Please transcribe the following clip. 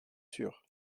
sûr